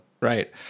Right